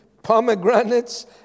pomegranates